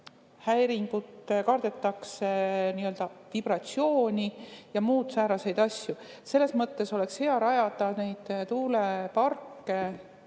häiringut, kardetakse vibratsiooni ja muid sääraseid asju. Selles mõttes oleks hea rajada tuuleparke